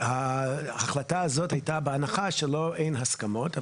החלטה הזאת הייתה בהנחה שאין הסכמות.